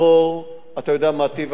אתה יודע מה טיב העיסוקים שלה?